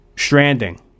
stranding